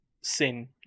Sin